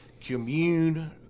commune